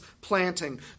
planting